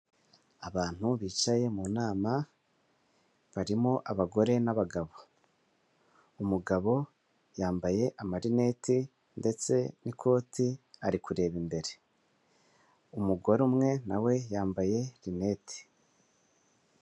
Abantu bicaye mu nama, barimo abagore n'abagabo. Umugabo yambaye amarineti ndetse n'ikoti, ari kureba imbere, umugore umwe na we yambaye rinete.